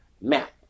map